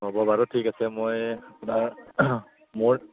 হ'ব বাৰু ঠিক আছে মই আপোনাৰ মোৰ